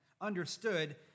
understood